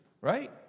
right